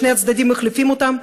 ששני הצדדים מחליפים ביניהם,